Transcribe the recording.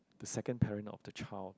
the second parent of the child